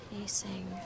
facing